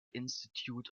institute